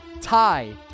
tie